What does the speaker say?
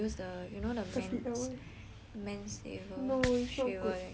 men's shaver then just